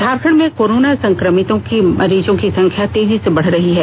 झारखंड में कोरोना संक्रमित मरीजों की संख्या तेजी से बढ़ रही है